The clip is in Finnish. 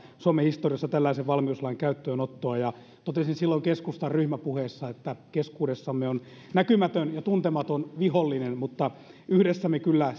suomen historiassa tällaisen valmiuslain käyttöönottoa ja totesin silloin keskustan ryhmäpuheessa että keskuudessamme on näkymätön ja tuntematon vihollinen mutta yhdessä me kyllä